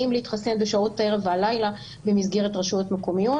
להתחסן בשעות הערב והלילה במסגרת רשויות מקומיות.